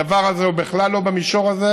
הדבר הזה הוא בכלל לא במישור הזה.